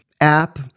app